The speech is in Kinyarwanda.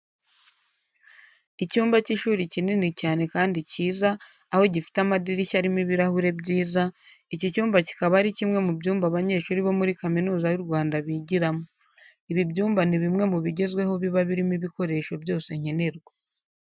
Icyumba cy'ishuri kinini cyane kandi cyiza aho gifite amadirishya arimo ibirahure byiza, iki cyumba kikaba Ari kimwe mu byumba abanyeshuri bo muri kaminuza y'u Rwanda bigiramo. Ibi byumba ni bimwe mu bigezweho biba birimo ibikoresho byose nkenerwa.